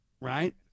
Right